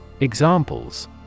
Examples